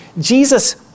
Jesus